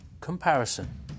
Comparison